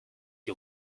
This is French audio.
qui